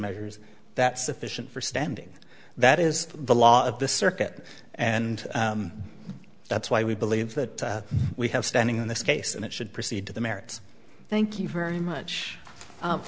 measures that sufficient for standing that is the law of the circuit and that's why we believe that we have standing in this case and it should proceed to the merits thank you very much